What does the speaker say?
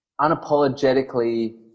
unapologetically